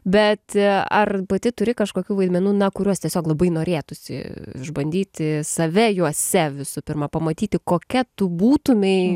bet ar pati turi kažkokių vaidmenų na kuriuos tiesiog labai norėtųsi išbandyti save juose visų pirma pamatyti kokia tu būtumei